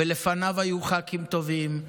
ולפניו היו ח"כים טובים,